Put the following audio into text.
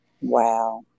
Wow